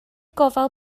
gofal